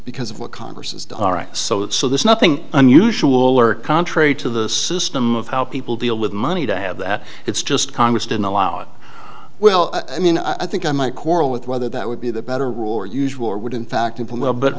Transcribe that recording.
because of what congress has done so there's nothing unusual or contrary to the system of how people deal with money to have that it's just congress didn't allow it well i mean i think i might quarrel with whether that would be the better rule or usual or would in fact but